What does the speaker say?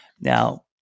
Now